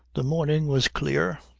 the morning was clear,